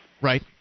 Right